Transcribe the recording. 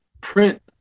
print